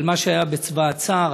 על מה שהיה בצבא הצאר,